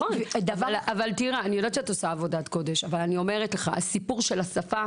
טירה אני יודעת שאת עושה עבודת קודש אבל אני אומרת לך הסיפור של השפה